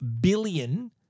billion